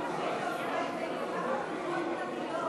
היית עושה את זה עם חברות פרטיות,